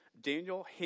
Daniel